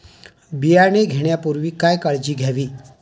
बियाणे घेण्यापूर्वी काय काळजी घ्यावी?